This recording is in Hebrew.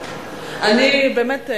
באמת,